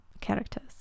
characters